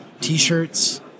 T-shirts